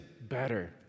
better